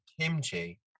kimchi